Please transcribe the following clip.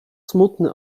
smutny